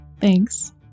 Thanks